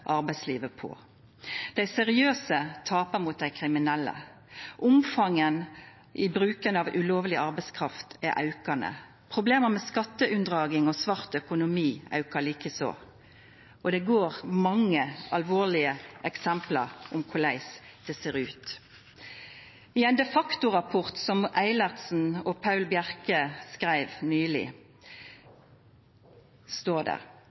arbeidslivet på. Dei seriøse tapar mot dei kriminelle. Omfanget av bruken av ulovleg arbeidskraft er aukande. Problem med skatteunndraging og svart økonomi aukar like eins, og det finst mange alvorlege eksempel på korleis det ser ut. I ein De Facto-rapport som Roar Eilertsen og Paul Bjerke skreiv nyleg,